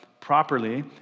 properly